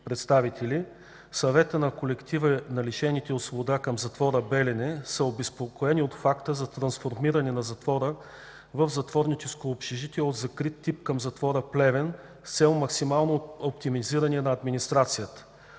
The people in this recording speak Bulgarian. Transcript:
представители! Съветът на колектива на лишените от свобода към затвора Белене са обезпокоени от факта за трансформиране на затвора в затворническо общежитие от закрит тип към затвора Плевен с цел максимално оптимизиране на администрацията.